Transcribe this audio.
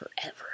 forever